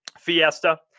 Fiesta